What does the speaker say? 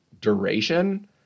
duration